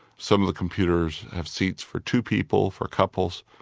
some of the computers have seats for two people, for couples,